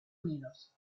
unidos